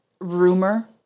rumor